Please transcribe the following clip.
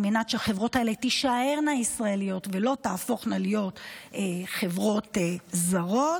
על מנת שהחברות האלה תישארנה ישראליות ולא תהפוכנה להיות חברות זרות,